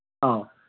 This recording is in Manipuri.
ꯑꯧ